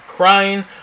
crying